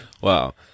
Wow